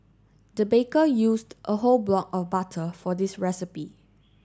the baker used a whole block of butter for this recipe